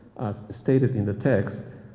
stated in the text,